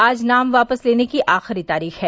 आज नाम वापस लेने की आखिरी तारीख है